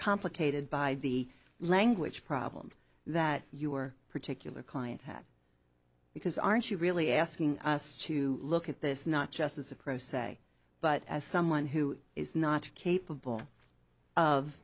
complicated by the language problem that your particular client had because aren't you really asking us to look at this not just as a pro se but as someone who is not capable of